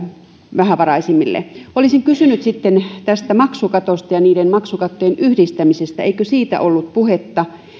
vähävaraisimmille olisin kysynyt tästä maksukatosta ja maksukattojen yhdistämisestä eikö siitä ollut puhetta